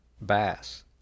bass